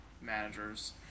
managers